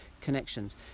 connections